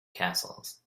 castles